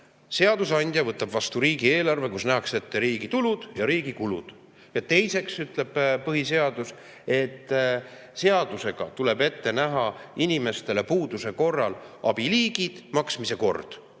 Seadusandja võtab vastu riigieelarve, kus nähakse ette riigi tulud ja riigi kulud. Teiseks ütleb põhiseadus, et seadusega tuleb inimestele näha ette puuduse korral antava abi liigid ja maksmise kord.